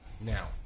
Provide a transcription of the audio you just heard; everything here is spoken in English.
Now